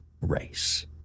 race